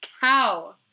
cow